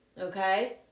okay